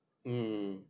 mm